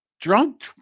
Drunk